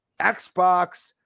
xbox